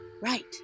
Right